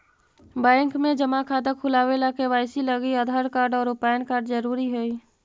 bank में जमा खाता खुलावे ला के.वाइ.सी लागी आधार कार्ड और पैन कार्ड ज़रूरी हई